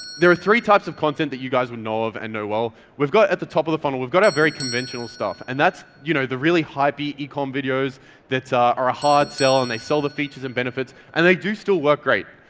there are three types of content that you guys would know of and know well. we've got at the top of the funnel, we've we've got a very conventional stuff and that's you know the really hype-y ecom videos that ah are a hard-sell and they sell the features and benefits and they do still work great.